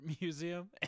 museum